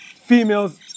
females